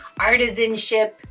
artisanship